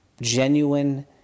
genuine